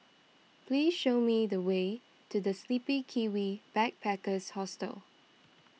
please show me the way to the Sleepy Kiwi Backpackers Hostel